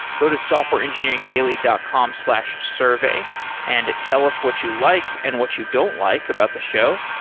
go to softwareengineeringdaily dot com slash survey and tell us what you like and what you don't like about the show.